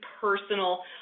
personal